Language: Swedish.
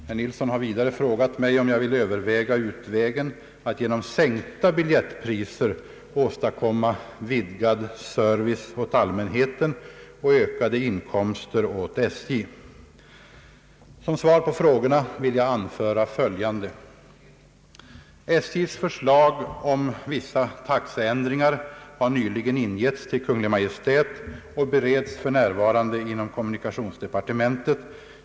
Herr Nilsson har vidare frågat mig om jag vill överväga utvägen att genom sänkta biljettpriser åstadkomma vidgad service åt allmänheten och ökade inkomster åt SJ. Som svar på frågorna vill jag anföra följande. SJ:s förslag om vissa taxeändringar har nyligen ingetts till Kungl. Maj:t och bereds f.n. inom kommunikationsdepartementet.